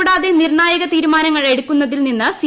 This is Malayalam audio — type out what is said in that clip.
കൂടാതെ നിർണ്ണായക തീരുമാനങ്ങൾ എടുക്കുന്നതിൽ നിന്ന് സി